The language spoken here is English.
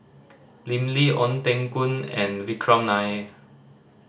Lim Lee Ong Teng Koon and Vikram Nair